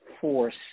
force